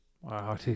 wow